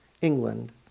England